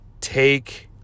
take